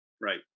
Right